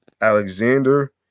Alexander